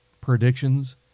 predictions